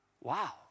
Wow